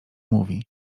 mówi